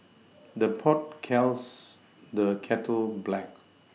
the pot calls the kettle black